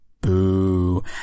Boo